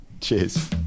Cheers